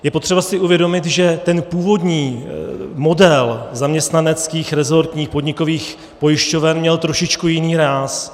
Je potřeba si uvědomit, že ten původní model zaměstnaneckých, rezortních, podnikových pojišťoven měl trošičku jiný ráz.